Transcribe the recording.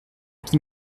qui